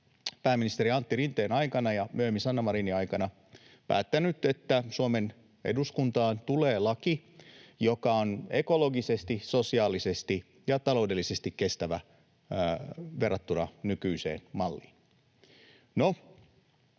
pääministeri Antti Rinteen aikana ja myöhemmin Sanna Marinin aikana päättänyt, että Suomen eduskuntaan tulee laki, joka on ekologisesti, sosiaalisesti ja taloudellisesti kestävä verrattuna nykyiseen malliin.